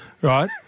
right